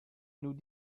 nous